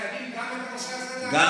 וחייבים גם את הנושא הזה להעלות.